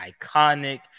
iconic